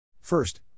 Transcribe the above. First